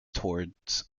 towards